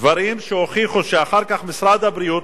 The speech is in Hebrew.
דברים שהוכיחו שאחר כך משרד הבריאות,